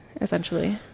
essentially